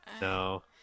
No